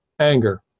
Anger